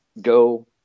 go